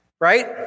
Right